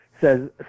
says